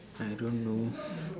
I don't know